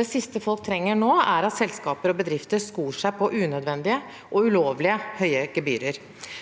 Det siste folk trenger nå, er at selskaper og bedrifter skor seg på unødvendige og ulovlig høye gebyrer.